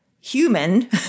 human